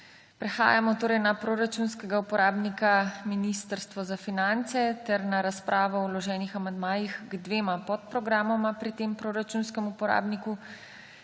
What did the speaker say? Prehajamo torej na proračunskega uporabnika Ministrstvo za finance ter na razpravo o vloženih amandmajih k dvema podprogramoma pri tem proračunskem uporabniku.